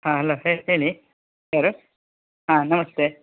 ಹಾಂ ಹಲೋ ಹೇಳಿ ಹೇಳಿ ಯಾರು ಹಾಂ ನಮಸ್ತೆ